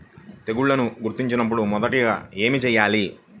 తెగుళ్లు గుర్తించినపుడు మొదటిగా ఏమి చేయాలి?